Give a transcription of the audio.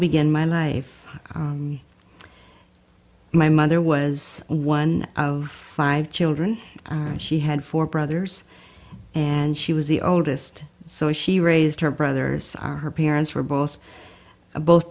began my life my mother was one of five children and she had four brothers and she was the oldest so she raised her brothers are her parents were both both